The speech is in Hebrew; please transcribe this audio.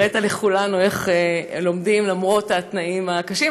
הראית לכולנו איך לומדים למרות התנאים הקשים.